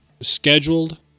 scheduled